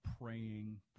praying